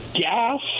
gas